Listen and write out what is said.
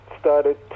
started